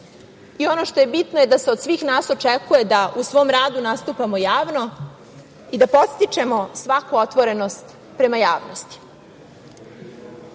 što je bitno je da se od svih nas očekuje da u svom radu nastupamo javno i da podstičemo svaku otvorenost prema javnosti. Nadzor